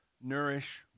nourish